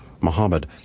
Muhammad